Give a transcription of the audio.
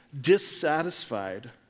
dissatisfied